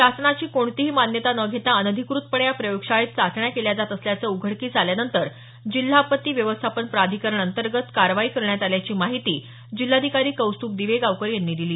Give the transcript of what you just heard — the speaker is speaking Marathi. शासनाची कोणतीही मान्यता न घेता अनधिकृतपणे या प्रयोगशाळेत चाचण्या केल्या जात असल्याचं उघडकीस आल्यानंतर जिल्हा आपत्ती व्यवस्थापन प्राधिकरण अंतर्गत कारवाई करण्यात आल्याची माहिती जिल्हाधिकारी कौस्तुभ दिवेगावकर यांनी दिली